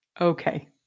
Okay